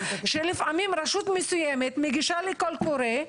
שלפעמים רשות מסוימת מגישה לקול קורא,